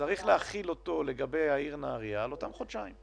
צריך להחיל אותו לגבי העיר נהריה על אותם חודשיים,